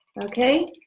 okay